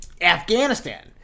Afghanistan